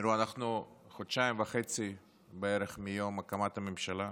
תראו, אנחנו חודשיים וחצי בערך מיום הקמת הממשלה.